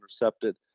intercepted